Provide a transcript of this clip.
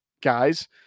Guys